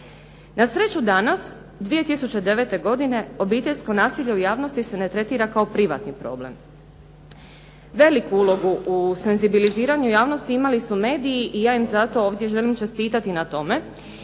Na sreću danas 2009. godine obiteljsko nasilje u javnosti se ne tretira kao privatni problem. Veliku ulogu u senzibiliziranju javnosti imali su mediji i ja im zato ovdje želim čestitati na tome